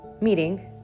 meeting